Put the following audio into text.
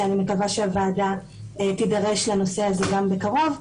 שאני מקווה שהוועדה תידרש לנושא הזה גם בקרוב,